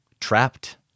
trapped